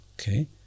Okay